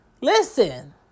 Listen